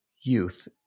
youth